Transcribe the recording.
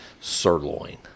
sirloin